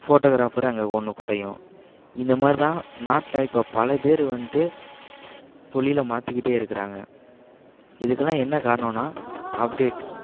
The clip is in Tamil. ஃபோட்டோகிராஃபர் அங்கே ஒன்று குறையும் இந்தமாதிரிதான் நாட்டில் இப்போ பலப்பேர் வந்துட்டு தொழில மாற்றிக்கிட்டே இருக்கிறாங்க இதுக்கெல்லாம் என்ன காரணன்னா அப்டேட்